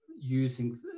using